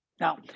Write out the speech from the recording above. Now